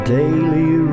daily